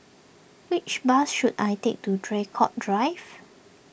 which bus should I take to Draycott Drive